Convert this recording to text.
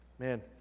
Man